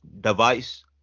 device